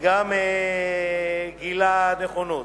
וגם גילה נכונות.